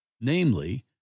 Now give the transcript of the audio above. namely